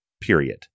period